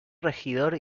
regidor